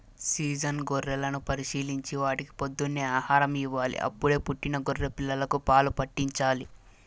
season గొర్రెలను పరిశీలించి వాటికి పొద్దున్నే ఆహారం ఇవ్వాలి, అప్పుడే పుట్టిన గొర్రె పిల్లలకు పాలు పాట్టించాలి